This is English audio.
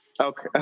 Okay